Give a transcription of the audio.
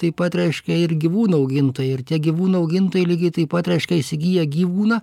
taip pat reiškia ir gyvūnų augintojai ir tie gyvūnų augintojai lygiai taip pat reiškia įsigiję gyvūną